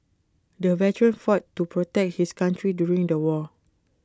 the veteran fought to protect his country during the war